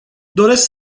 doresc